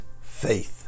faith